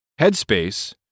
Headspace